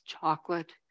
chocolate